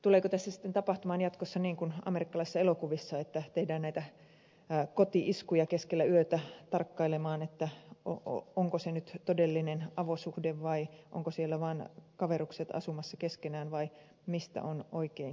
tuleeko tässä sitten jatkossa tapahtumaan niin kuin amerikkalaisissa elokuvissa että tehdään näitä koti iskuja keskellä yötä tarkkailemaan onko se nyt todellinen avosuhde vai onko siellä vain kaverukset asumassa keskenään vai mistä oikein on kyse